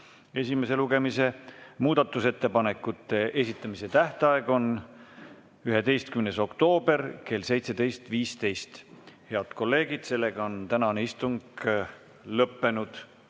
esimese lugemise. Muudatusettepanekute esitamise tähtaeg on 11. oktoober kell 17.15. Head kolleegid, tänane istung on lõppenud.